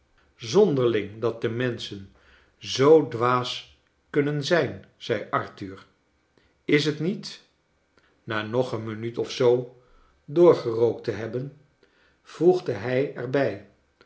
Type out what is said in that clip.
zonderling dat de menschen zoo dwaas kunnen zijn zei arthur is t niet na nog een minuut of zoo doorgerookt te hebben voegde hij er